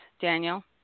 Daniel